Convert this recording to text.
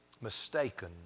mistaken